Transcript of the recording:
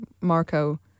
Marco